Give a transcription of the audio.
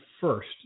first